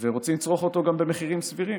ורוצים לצרוך אותו גם במחירים סבירים.